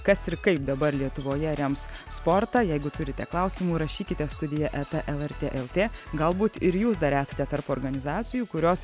kas ir kaip dabar lietuvoje rems sportą jeigu turite klausimų rašykite studija eta lrt lt galbūt ir jūs dar esate tarp organizacijų kurios